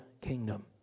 kingdom